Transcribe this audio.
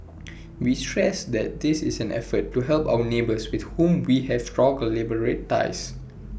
we stress that this is an effort to help our neighbours with whom we have strong bilateral ties